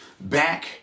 back